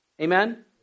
Amen